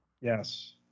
yes